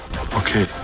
Okay